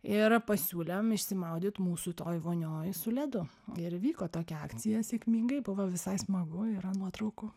ir pasiūlėm išsimaudyt mūsų toj vonioj su ledu ir vyko tokia akcija sėkmingai buvo visai smagu yra nuotraukų